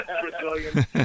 Brazilian